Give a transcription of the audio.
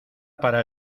para